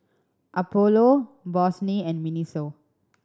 Apollo Bossini and MINISO